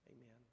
amen